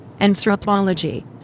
Anthropology